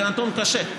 זה נתון קשה,